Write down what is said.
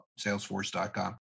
Salesforce.com